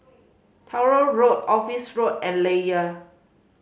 Truro Road Office Road and Layar